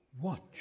Watch